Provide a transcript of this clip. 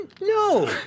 No